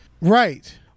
Right